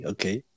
Okay